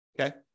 Okay